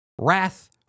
wrath